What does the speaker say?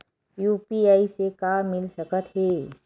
UPI से का मिल सकत हे?